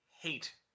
hate